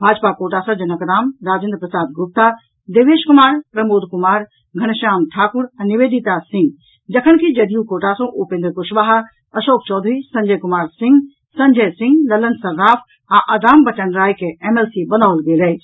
Bhajpa quota सॅ जनक राम राजेन्द्र प्रसाद गुप्ता देवेश कुमार प्रमोद कुमार घनश्याम ठाकुर आ निवेदिता सिंह जखन कि जदयू कोटा सॅ उपेन्द्र कुशवाहा अशोक चौधरी संजय कुमार सिंह संजय सिंह ललन सर्राफ आ रामवचन राय के एमएलसी बनाओल गेल अछि